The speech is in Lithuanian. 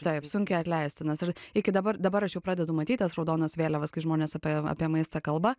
taip sunkiai atleistinas ir iki dabar dabar aš jau pradedu matyt tas raudonas vėliavas kai žmonės apie apie maistą kalba